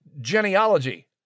Genealogy